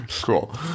cool